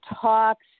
talks